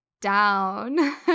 Down